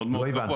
מאוד גבוה.